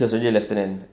he was already a lieutenant